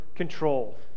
control